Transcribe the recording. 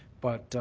but